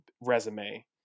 resume